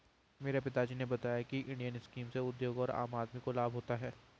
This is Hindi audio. मेरे पिता जी ने बताया की इंडियन स्कीम से उद्योग और आम आदमी को लाभ होता है